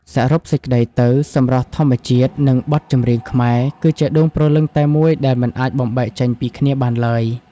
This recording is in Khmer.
សរុបសេចក្ដីទៅ សម្រស់ធម្មជាតិ និងបទចម្រៀងខ្មែរ គឺជាដួងព្រលឹងតែមួយដែលមិនអាចបំបែកចេញពីគ្នាបានឡើយ។